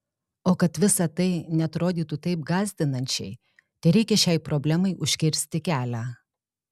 o kad visa tai neatrodytų taip gąsdinančiai tereikia šiai problemai užkirsti kelią